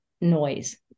noise